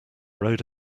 rode